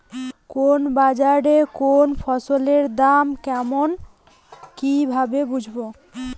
কোন বাজারে কোন ফসলের দাম কেমন কি ভাবে বুঝব?